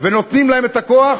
ונותנים להם את הכוח,